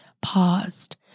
paused